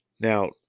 now